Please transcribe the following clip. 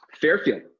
Fairfield